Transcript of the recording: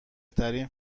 ترین